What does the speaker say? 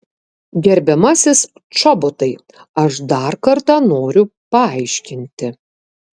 gerbiamasis čobotai aš dar kartą noriu paaiškinti